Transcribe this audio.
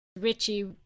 Richie